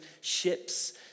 ships